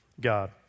God